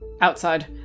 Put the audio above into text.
Outside